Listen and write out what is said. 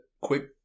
quick